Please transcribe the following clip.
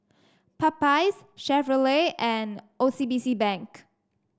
Popeyes Chevrolet and O C B C Bank